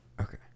Okay